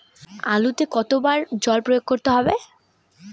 আলুতে কতো বার জল প্রয়োগ করতে হবে?